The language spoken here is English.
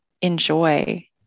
enjoy